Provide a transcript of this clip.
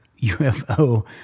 UFO